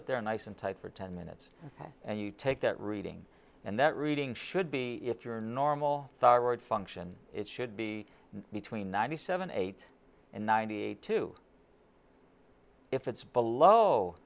it there nice and tight for ten minutes and you take that reading and that reading should be if your normal thyroid function it should be between ninety seven eight and ninety eight two if it's below